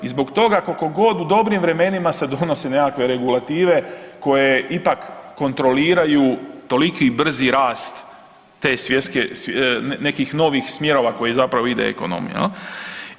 I zbog toga koliko god u dobrim vremenima se donosi nekakve regulative koje ipak kontroliraju toliki brzi rast te svjetske, nekih novih smjerova koji zapravo ide ekonomija, je li?